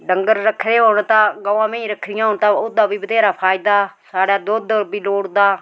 डंगर रक्खे दे होन तां गवां मेहीं रक्खी दियां होन तां ओह्दा बी बत्थेरा फायदा साढ़ै दुद्ध बी लोड़दा